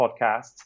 podcasts